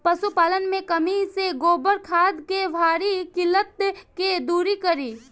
पशुपालन मे कमी से गोबर खाद के भारी किल्लत के दुरी करी?